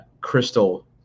crystal